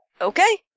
Okay